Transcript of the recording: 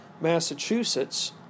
Massachusetts